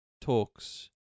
talks